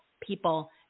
people